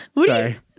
Sorry